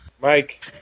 Mike